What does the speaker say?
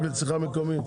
רק בצריכה המקומית?